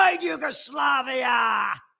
Yugoslavia